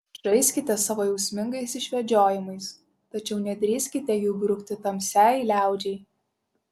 žaiskite savo jausmingais išvedžiojimais tačiau nedrįskite jų brukti tamsiai liaudžiai